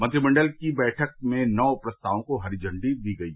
मंत्रिमंडल की बैठक में नौ प्रस्तावों को हरी झंडी दी गई